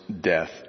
death